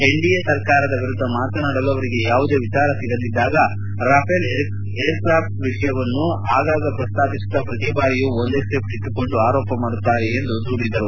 NDA ಸರ್ಕಾರದ ವಿರುದ್ಧ ಮಾತನಾಡಲು ಅವರಿಗೆ ಯಾವುದೇ ವಿಚಾರ ಸಿಗದಿದ್ದಾಗ ರಫೇಲ್ ಏರ್ಕಾಫ್ಟ್ ವ್ಯವಹಾರ ವಿಷಯವನ್ನು ಆಗಾಗ ಪ್ರಸ್ತಾಪಿಸುತ್ತ ಪ್ರತಿಬಾರಿಯೂ ಒಂದೇ ಸ್ತಿಪ್ಟ್ ಇಟ್ಟುಕೊಂಡು ಆರೋಪ ಮಾಡುತ್ತಾರೆ ಎಂದು ದೂರಿದರು